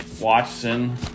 Watson